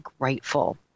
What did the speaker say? grateful